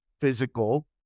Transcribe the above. physical